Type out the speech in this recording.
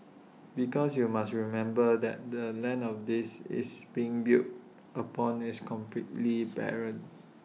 because you must remember that the land of this is being built upon is completely barren